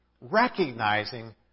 Recognizing